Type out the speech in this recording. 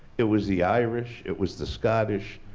it was the irish, it was the scottish.